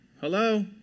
Hello